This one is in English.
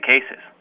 Cases